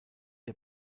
der